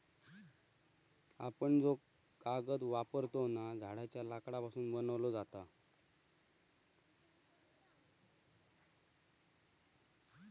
आपण जो कागद वापरतव ना, झाडांच्या लाकडापासून बनवलो जाता